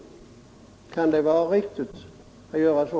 Kan det vara riktigt att göra så?